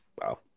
Wow